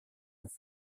have